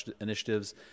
initiatives